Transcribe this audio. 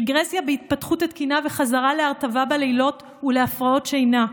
רגרסיה בהתפתחות התקינה וחזרה להרטבה בלילות ולהפרעות שינה.